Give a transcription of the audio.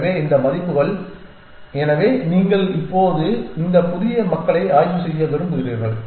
எனவே இந்த மதிப்புகள் எனவே நீங்கள் இப்போது இந்த புதிய மக்களை ஆய்வு செய்ய விரும்புகிறீர்கள்